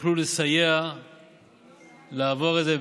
יוכלו לסייע לעבור את זה.